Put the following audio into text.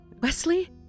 Wesley